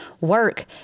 work